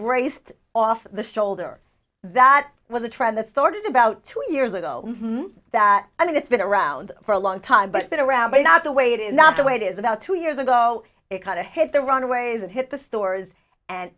embraced off the shoulder that was a trend that started about two years ago that i mean it's been around for a long time but been around but not the way to not the way it is about two years ago it kind of hit the runways and hit the stores and